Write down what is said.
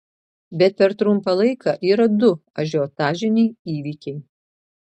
bet per trumpą laiką yra du ažiotažiniai įvykiai